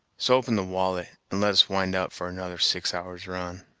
so open the wallet, and let us wind up for another six hours' run.